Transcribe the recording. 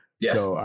yes